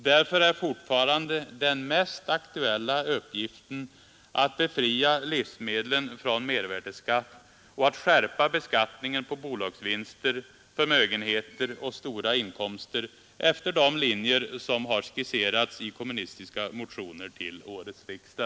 Därför är fortfarande den mest aktuella uppgiften att befria livsmedlen från mervärdeskatt och att skärpa beskattningen av bolagsvinster, förmögenheter och stora inkomster efter de linjer som skisserats i kommunistiska motioner till årets riksdag.